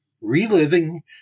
Reliving